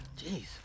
Jeez